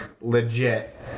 legit